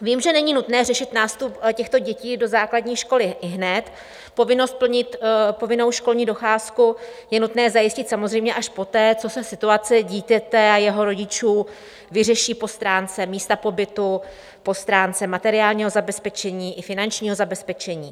Vím, že není nutné řešit nástup těchto dětí do základní školy ihned, povinnost plnit povinnou školní docházku je nutné zajistit samozřejmě až poté, co se situace dítěte a jeho rodičů vyřeší po stránce místa pobytu, po stránce materiálního zabezpečení i finančního zabezpečení.